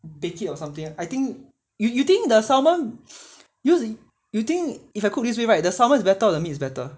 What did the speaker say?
bake it or something I think you you think the salmon because you think if I cook this way right the salmon is better or the meat is better